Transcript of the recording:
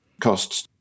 costs